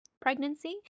pregnancy